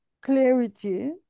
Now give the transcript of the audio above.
clarity